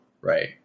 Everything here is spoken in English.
right